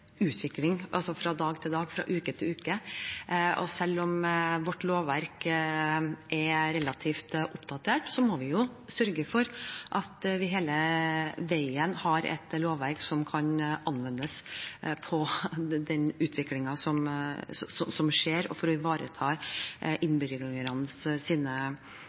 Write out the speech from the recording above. fra dag til dag og uke til uke, og selv om vårt lovverk er relativt oppdatert, må vi sørge for at vi hele veien har et lovverk som kan anvendes på den utviklingen som skjer, og for å ivareta